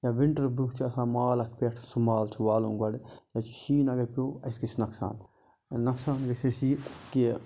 یا وِنٹر برونٛہہ چھ آسان مال اتھ پیٚٹھ سُہ مال چھُ والُن گۄڈٕ کیازکہ شیٖن اگر پیوٚو اَسہِ گَژھِ نۄقصان نۄقصان گَژھِ اَسہِ یہِ کہِ